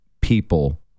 people